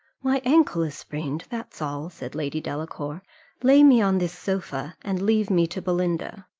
my ankle is sprained, that's all, said lady delacour lay me on this sofa, and leave me to belinda.